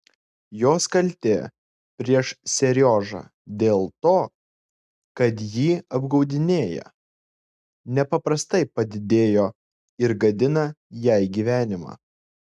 jos kaltė prieš seriožą dėl to kad jį apgaudinėja nepaprastai padidėjo ir gadina jai gyvenimą